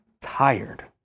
tired